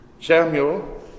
Samuel